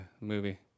movie